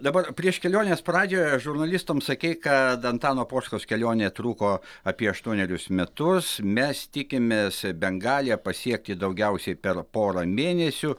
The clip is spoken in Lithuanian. dabar prieš kelionės pradžią žurnalistams sakei kad antano poškos kelionė truko apie aštuonerius metus mes tikimės bengaliją pasiekti daugiausiai per porą mėnesių